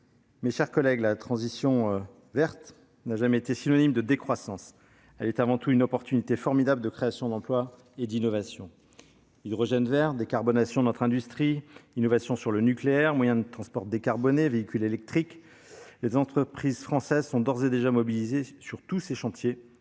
Mes chers collègues, la transition verte n'a jamais été synonyme de décroissance ; elle est avant tout une chance formidable de création d'emplois et d'innovations. Hydrogène vert, décarbonation de notre industrie, innovation sur le nucléaire, moyens de transport décarbonés, véhicule électrique, etc. : les entreprises françaises sont d'ores et déjà mobilisées sur tous ces chantiers